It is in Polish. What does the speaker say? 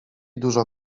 dużo